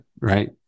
right